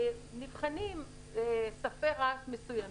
נבחנים ספי רעש מסוימים,